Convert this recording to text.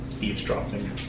eavesdropping